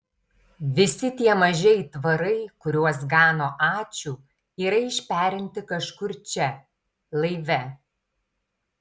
visi tie maži aitvarai kuriuos gano ačiū yra išperinti kažkur čia laive